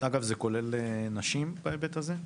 אגב, זה כולל נשים בהיבט הזה?